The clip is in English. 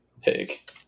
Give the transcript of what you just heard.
take